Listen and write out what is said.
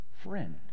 Friend